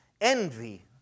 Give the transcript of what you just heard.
envy